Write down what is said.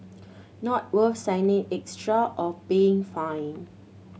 not worth signing extra or paying fine